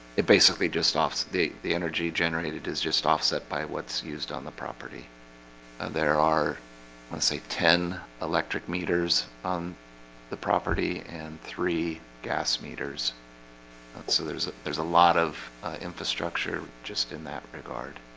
it basically just offs the the energy generated is just offset by what's used on the property there are let's say ten electric meters on the property and three gas meters so there's there's a lot of infrastructure just in that regard